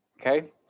Okay